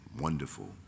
wonderful